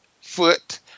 foot